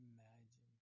Imagine